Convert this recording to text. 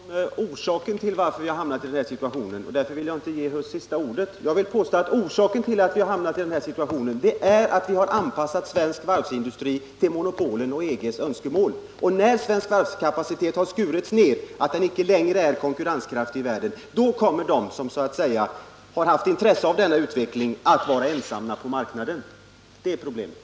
Herr talman! Vi är oense om orsaken till att vi har hamnat i denna situation — därför vill jag inte ge Erik Huss sista ordet. Jag påstår att orsaken till att vi har hamnat i denna situation är att vi har anpassat svensk varvsindustri till monopolens och EG:s önskemål. Och när svensk varvskapacitet har skurits ned så att den inte längre är konkurrenskraftig i världen kommer de som har haft intresse av denna utveckling att vara ensamma på marknaden — det är problemet.